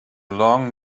long